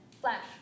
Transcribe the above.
flash